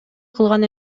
кылган